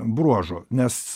bruožų nes